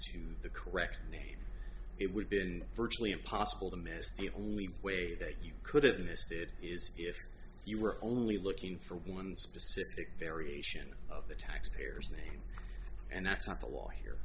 to the correct name it would been virtually impossible to miss the only way that you could have missed it is if you were only looking for one specific variation of the taxpayer's name and that's not the law here